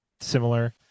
similar